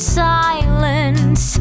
silence